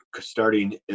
starting